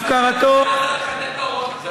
לחדד את ההוראות.